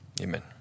Amen